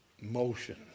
motion